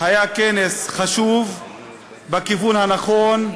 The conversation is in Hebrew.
היה כנס חשוב בכיוון הנכון.